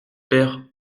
père